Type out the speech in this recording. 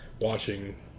watching